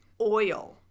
oil